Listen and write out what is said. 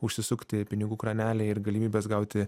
užsisukti pinigų kraneliai ir galimybės gauti